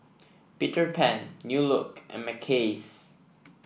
Peter Pan New Look and Mackays